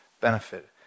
benefit